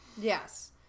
yes